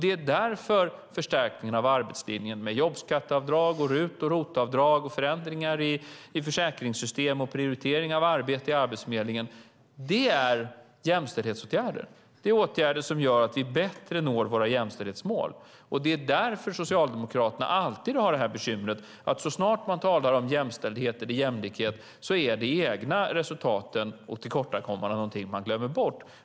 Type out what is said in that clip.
Det är därför som förstärkningen av arbetslinjen med jobbskatteavdrag, RUT och ROT-avdrag, förändringar i försäkringssystem och prioritering av arbete på Arbetsförmedlingen är jämställdhetsåtgärder. Det är åtgärder som gör att vi bättre når våra jämställdhetsmål. Det är därför som Socialdemokraterna alltid har bekymret att så snart de talar om jämställdhet eller jämlikhet är de egna resultaten och tillkortakommandena någonting de glömmer bort.